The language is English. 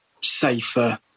safer